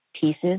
pieces